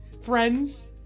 friends